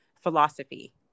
philosophy